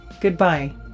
goodbye